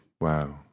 Wow